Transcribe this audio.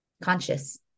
conscious